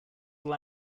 will